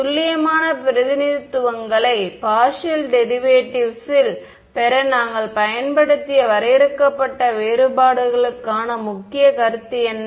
துல்லியமான பிரதிநிதித்துவங்களைப் partial derivatives ல் பெற நாங்கள் பயன்படுத்திய வரையறுக்கப்பட்ட வேறுபாடுகளுக்கான முக்கிய கருத்து என்ன